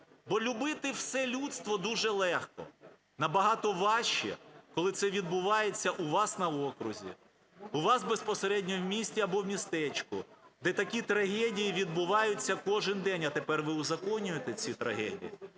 бо любити все людство дуже легко, набагато важче, коли це відбувається у вас на окрузі, у вас безпосередньо у місті або в містечку, де такі трагедії відбуваються кожний день, а тепер ви узаконюєте ці трагедії.